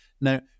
Now